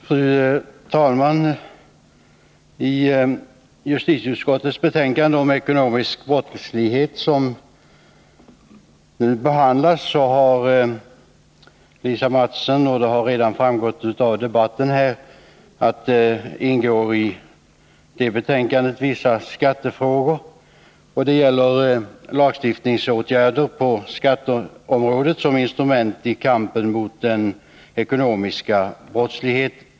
Fru talman! I justitieutskottets betänkande om ekonomisk brottslighet, som nu behandlas, ingår vissa skattefrågor och lagstiftningsåtgärder på skatteområdet som instrument i kampen mot den ekonomiska brottsligheten. Lisa Mattson har redan tidigare i den här debatten tagit upp dessa frågor.